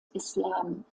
islam